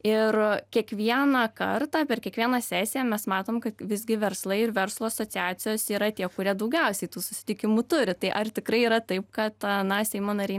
ir kiekvieną kartą per kiekvieną sesiją mes matom kad visgi verslai ir verslo asociacijos yra tie kurie daugiausiai tų susitikimų turi tai ar tikrai yra taip kad na seimo nariai